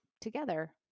together